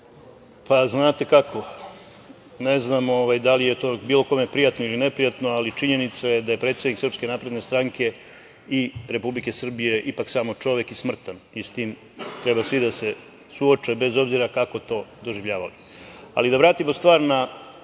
Znate kako, ne znam da li je to bilo kome prijatno ili neprijatno, ali činjenica je da je predsednik Srpske napredne stranke i Republike Srbije ipak samo čovek i smrtan i s tim treba svi da se suoče, bez obzira kako to doživljavali. Da vratimo stvar na